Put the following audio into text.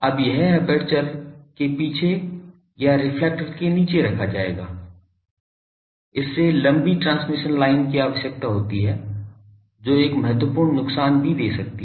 अब यह एपर्चर के पीछे या रिफ्लेक्टर के नीचे रखा जाएगा इससे लंबी ट्रांसमिशन लाइन की आवश्यकता होती है जो एक महत्वपूर्ण नुकसान भी दे सकती है